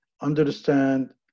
understand